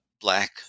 black